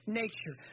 nature